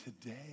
today